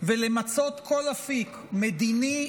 ולמצות כל אפיק מדיני,